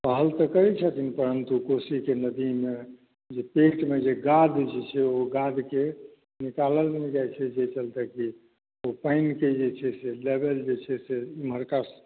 पहल तऽ करैत छथिन परन्तु कोशीके नदीमे पेटमे जे गाद जे छै ओ गादके निकालल नहि जाइत छै जाहि चलते कि ओ पानिकेँ जे छै से लेवल जे छै से एमहरका